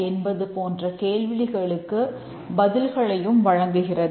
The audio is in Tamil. என்பது போன்ற கேள்விகளுக்கு பதில்களையும் வழங்குகிறது